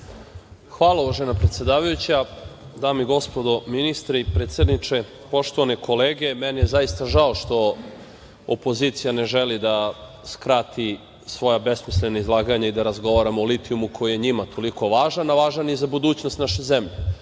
Hvala, uvažena predsedavajuća. Dame i gospodo ministri, predsedniče, poštovane kolege, meni je zaista žao što opozicija ne želi da skrati svoja besmislena izlaganja i da razgovaramo o litijumu koji je njima toliko važan, a važan je i za budućnost naše zemlje.